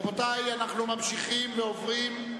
רבותי, אנחנו ממשיכים ועוברים,